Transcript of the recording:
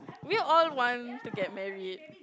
we all want to get married